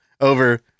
over